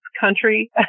country